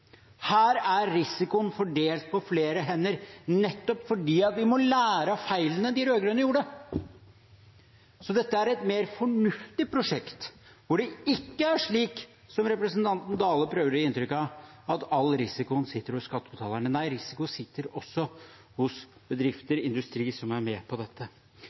Her er risikoen fordelt på flere hender nettopp fordi vi må lære av feilene de rød-grønne gjorde. Så dette er et mer fornuftig prosjekt hvor det ikke er slik, som representanten Dale prøver å gi inntrykk av, at all risikoen ligger hos skattebetalerne. Nei, risikoen ligger også hos bedrifter, industri som er med på dette.